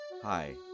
Hi